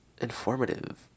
informative